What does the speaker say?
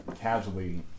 casually